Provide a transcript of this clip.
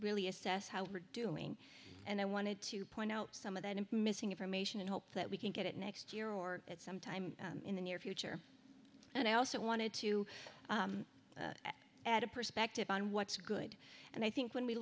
really assess how we're doing and i wanted to point out some of that in missing information and hope that we can get it next year or at some time in the near future and i also wanted to add a perspective on what's good and i think when we